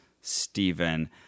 Stephen